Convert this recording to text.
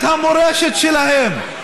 את המורשת שלהם.